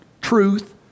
truth